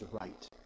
right